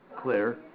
clear